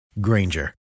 Granger